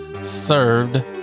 served